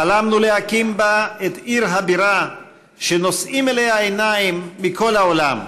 חלמנו להקים בה את עיר הבירה שנושאים אליה עיניים מכל העולם,